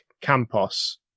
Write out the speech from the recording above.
campos